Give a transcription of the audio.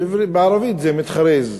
בערבית זה מתחרז.